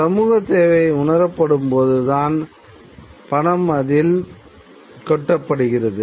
சமூகத் தேவை உணரப்படும்போதுதான் பணம் அதில் கொட்டப்படுகிறது